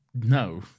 No